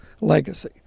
legacy